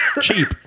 cheap